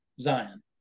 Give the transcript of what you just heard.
Zion